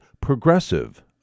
progressive